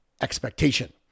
expectation